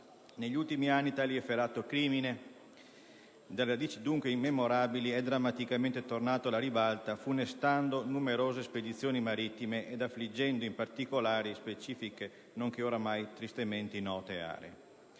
Negli ultimi anni tale efferato crimine, dalle radici dunque memorabili, è drammaticamente tornato alla ribalta funestando numerose spedizioni marittime e affliggendo, in particolare, specifiche nonché oramai tristemente note aree.